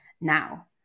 now